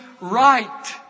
right